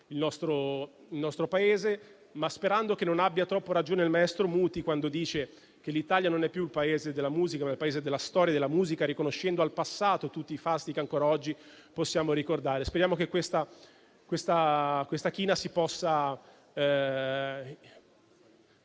musica, ma sperando che non abbia troppa ragione il maestro Muti quando dice che l'Italia non è più il Paese della musica, ma il Paese della storia della musica, riconoscendo al passato tutti i fasti che ancora oggi possiamo ricordare. Speriamo che questa china si possa